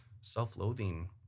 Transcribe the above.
self-loathing